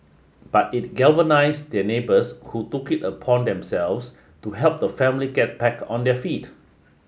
but it galvanised their neighbours who took it upon themselves to help the family get back on their feet